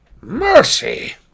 Mercy